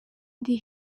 ndi